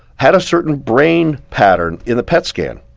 had a certain brain pattern in the pet scan.